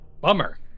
Bummer